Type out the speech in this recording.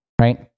right